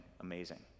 amazing